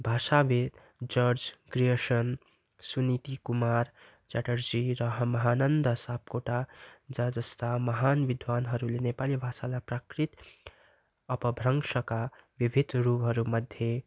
भाषाविद्ध George Grierson Suniti Kumar Chatterjee र महानन्द सापकोटा ज जस्ता महान् विद्वान्हरूले नेपाली भाषालाई प्राकृत अपभ्रंशका विविधरूपहरूमध्ये